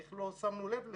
איך לא שמנו לב לזה.